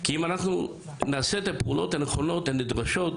אם נעשה את הפעולות הנכונות הנדרשות בהתחלה,